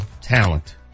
talent